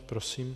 Prosím.